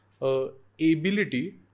ability